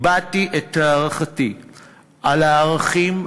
הבעתי את הערכתי על הערכים,